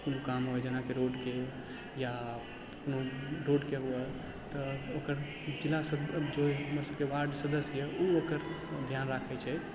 कोनो काम होए जेनाकि रोड के या कोनो रोड के हुए तऽ ओकर केना समाधान हुए हमर सबके वार्ड सदस्य यऽ ओकर ध्यान राखै छथि